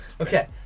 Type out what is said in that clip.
Okay